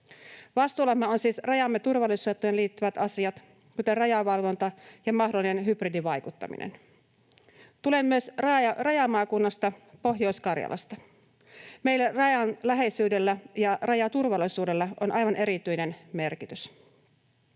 Vastuullamme on siis rajamme turvallisuuteen liittyvät asiat, kuten rajavalvonta ja mahdollinen hybridivaikuttaminen. Tulen myös rajamaakunnasta Pohjois-Karjalasta. Meille rajan läheisyydellä ja rajaturvallisuudella on aivan erityinen merkitys.